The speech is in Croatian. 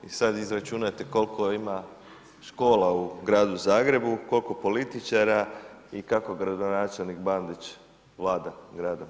I sad izračunajte koliko ima škola u Gradu Zagrebu, koliko političara i kako gradonačelnik Bandić vlada Gradom Zagrebom.